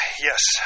yes